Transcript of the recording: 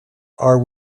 are